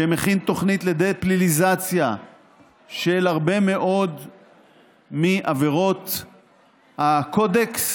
שמכין תוכנית לדה-פליליזציה של הרבה מאוד מעבירות הקודקס